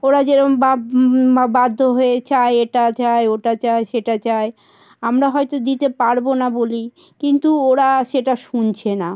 ওরা যেরকম বাধ্য হয়ে চায় এটা চায় ওটা চায় সেটা চায় আমরা হয়তো দিতে পারবো না বলি কিন্তু ওরা সেটা শুনছে না